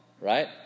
right